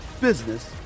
business